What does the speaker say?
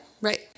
Right